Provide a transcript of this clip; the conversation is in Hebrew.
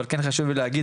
אבל כן חשוב לי להגיד,